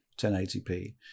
1080p